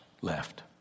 left